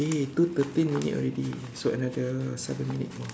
eh two thirteen minutes already so another seven minutes more